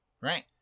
Right